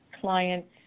clients